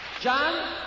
John